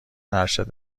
ارشد